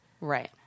Right